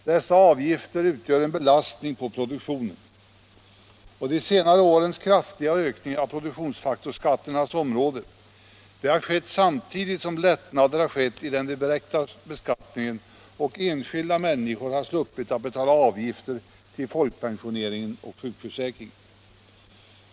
Dessa avgifter utgör en belastning på produktionen. De senaste årens kraftiga ökningar på produktionsfaktorsskatternas område har skett samtidigt med lättnader i den direkta beskattningen, och människor har sluppit att betala avgifter till folkpensioneringen och sjukförsäkringen.